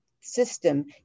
system